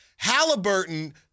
Halliburton